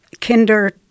Kinder